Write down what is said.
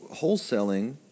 wholesaling